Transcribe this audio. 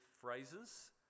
phrases